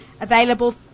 available